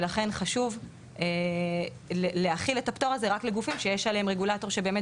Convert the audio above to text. ולכן חשוב להחיל את הפטור הזה רק לגופים שיש עליהם רגולטור שבאמת